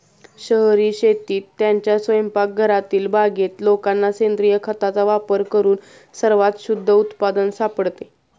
शहरी शेतीत, त्यांच्या स्वयंपाकघरातील बागेत लोकांना सेंद्रिय खताचा वापर करून सर्वात शुद्ध उत्पादन सापडते